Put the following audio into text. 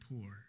poor